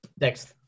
next